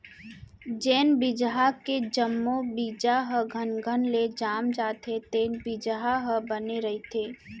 जेन बिजहा के जम्मो बीजा ह घनघन ले जाम जाथे तेन बिजहा ह बने रहिथे